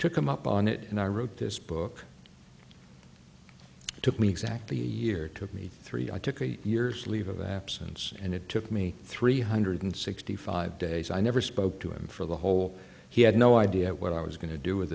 took him up on it and i wrote this book took me exactly a year took me three i took three years leave of absence and it took me three hundred sixty five days i never spoke to him for the whole he had no idea what i was going to do with